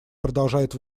продолжает